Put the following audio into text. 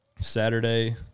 saturday